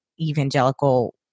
evangelical